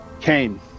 Cain